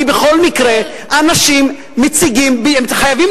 כי בכל מקרה אנשים מציגים את כל המסמכים הנדרשים,